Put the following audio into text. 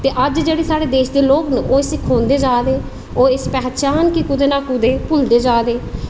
अज्ज जेह्के साढ़े देश दे लोग न ओह् इसी खोंदे जा दे होर इस पहचान गी कुदै ना कुदै भुल्लदे जा दे